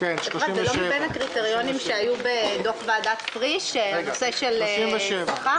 --- זה לא מבין הקריטריונים שהיו בדוח ועדת פריש בנושא של שכר?